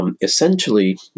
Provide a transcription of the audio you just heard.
Essentially